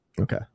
Okay